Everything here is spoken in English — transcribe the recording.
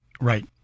Right